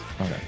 okay